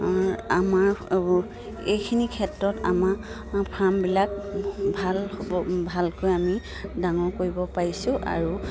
আমাৰ আমাৰ এইখিনি ক্ষেত্ৰত আমাৰ ফাৰ্মবিলাক ভাল হ'ব ভালকৈ আমি ডাঙৰ কৰিব পাৰিছোঁ আৰু